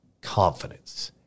confidence